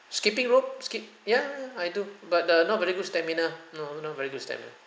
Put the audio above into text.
skipping rope skip ya ya ya I do but uh not very good stamina no not very good stamina